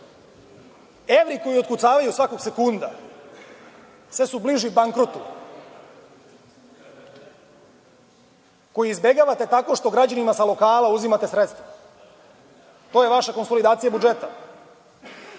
koji otkucavaju svakog sekunda sve su bliži bankrotu koji izbegavate tako što građanima sa lokala uzimate sredstva. To je vaša konsolidacija budžeta.